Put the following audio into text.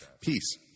Peace